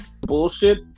bullshit